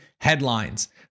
headlines